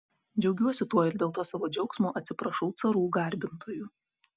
džiaugiuosi tuo ir dėl to savo džiaugsmo atsiprašau carų garbintojų